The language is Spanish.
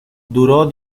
duró